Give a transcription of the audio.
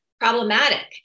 problematic